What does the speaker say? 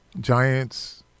Giants